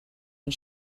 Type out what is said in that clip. and